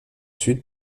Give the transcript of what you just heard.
sud